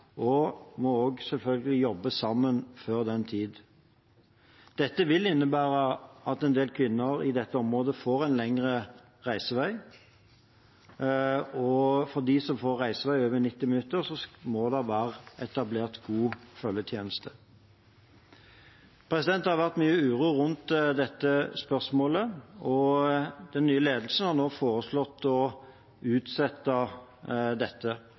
en må også selvfølgelig jobbe sammen før den tid. Dette vil innebære at en del kvinner i dette området får lengre reisevei, og for dem som får reisevei på over 90 minutter, må det være etablert god følgetjeneste. Det har vært mye uro rundt dette spørsmålet, og den nye ledelsen har nå foreslått å utsette dette